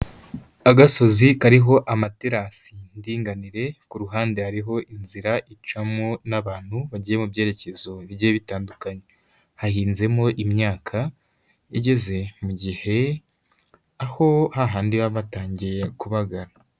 Agasozi kariho amaterasi y'indinganire ku ruhande hariho inzira icamo n'abantu bagiye mu byerekezo bigiye bitandukanye, hahinzemo imyaka igeze mu gihe aho hahandi baba batangiye kubagara.